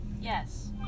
Yes